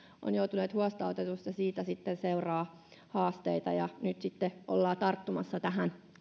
ovat joutuneet huostaanotetuiksi ja siitä sitten seuraa haasteita nyt sitten ollaan tarttumassa tähän